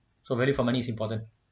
so value for money is important